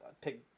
pick –